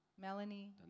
Melanie